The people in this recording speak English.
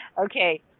Okay